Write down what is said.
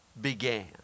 began